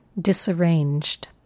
Disarranged